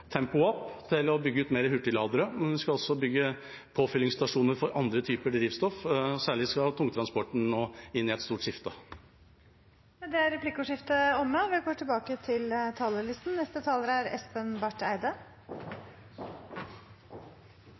opp til å bygge ut mer hurtigladere, men vi skal også bygge påfyllingsstasjoner for andre typer drivstoff. Særlig skal tungtransporten nå inn i et stort skifte. Replikkordskiftet er omme.